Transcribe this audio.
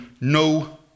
no